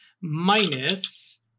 minus